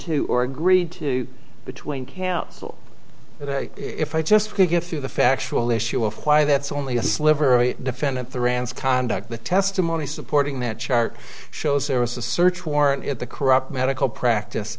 to or agreed to between cancel the day if i just could get through the factual issue of why that's only a sliver a defendant the rands conduct the testimony supporting that chart shows there was a search warrant at the corrupt medical practice